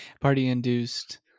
party-induced